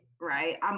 right